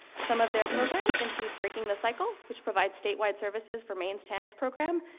some of their programs include breaking the cycle, which provides state-wide services for maine's tanf program,